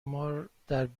مادربیچاره